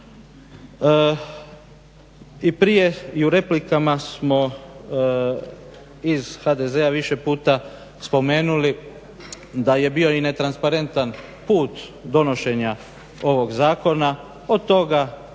I prije i u replikama smo iz HDZ-a više puta spomenuli da je bio i netransparentan put donošenja ovog zakona, od toga